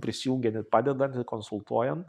prisijungiam ir padedam ir konsultuojant